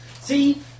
See